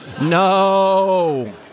no